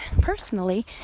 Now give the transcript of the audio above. personally